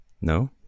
No